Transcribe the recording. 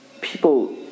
people